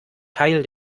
teil